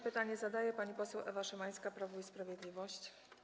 Pytanie zadaje pani poseł Ewa Szymańska, Prawo i Sprawiedliwość.